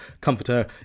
comforter